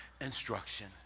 instruction